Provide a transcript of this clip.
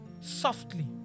softly